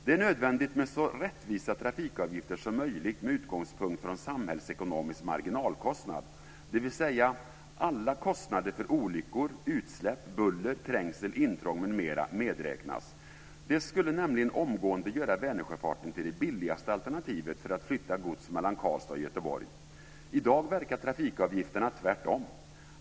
Det är nödvändigt med så rättvisa trafikavgifter som möjligt med utgångspunkt från samhällsekonomisk marginalkostnad, dvs. alla kostnader för olyckor, utsläpp, buller, trängsel, intrång m.m. medräknas. Det skulle nämligen omgående göra Vänersjöfarten till det billigaste alternativet för att flytta gods mellan Karlstad och Göteborg. I dag verkar trafikavgifterna tvärtom.